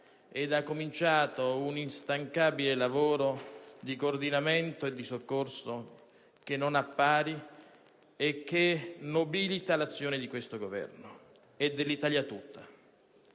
e ha cominciato un instancabile lavoro di coordinamento e di soccorso che non ha pari e che nobilita l'azione di questo Governo e dell'Italia tutta.